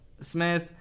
Smith